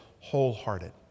wholehearted